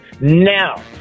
now